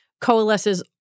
coalesces